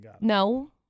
no